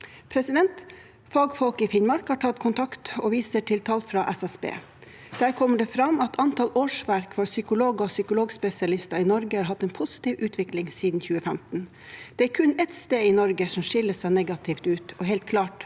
Fagfolk i Finnmark har tatt kontakt og viser til tall fra SSB. Der kommer det fram at antall årsverk for psykologer og psykologspesialister i Norge har hatt en positiv utvikling siden 2015. Det er kun ett sted i Norge som skiller seg negativt ut, og helt klart